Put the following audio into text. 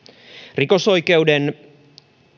rikosoikeuden professori